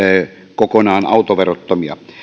kokonaan autoverottomia